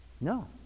No